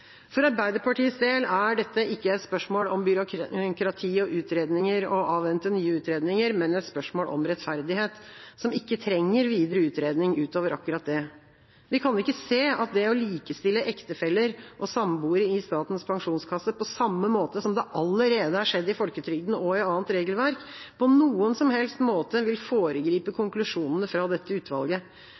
For Arbeiderpartiets del er dette ikke et spørsmål om byråkrati og utredninger og å avvente nye utredninger, men et spørsmål om rettferdighet, som ikke trenger videre utredning utover akkurat det. Vi kan ikke se at det å likestille ektefeller og samboere i Statens pensjonskasse på samme måte som det allerede er skjedd i folketrygden og i annet regelverk, på noen som helst måte vil foregripe konklusjonene fra dette utvalget.